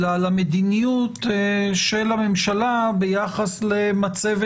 אלא על המדיניות של הממשלה ביחס למצבת